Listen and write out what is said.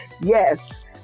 Yes